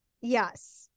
Yes